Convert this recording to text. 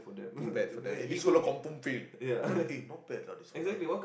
too bad for that eh this fellow confirm fail this one eh not bad lah this fellow